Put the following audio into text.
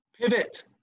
pivot